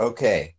Okay